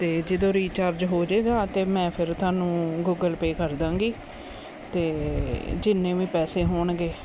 ਅਤੇ ਜਦੋਂ ਰੀਚਾਰਜ ਹੋ ਜਾਏਗਾ ਅਤੇ ਮੈਂ ਫਿਰ ਤੁਹਾਨੂੰ ਗੂਗਲ ਪੇ ਕਰ ਦਾਂਗੀ ਅਤੇ ਜਿੰਨੇ ਵੀ ਪੈਸੇ ਹੋਣਗੇ